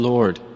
Lord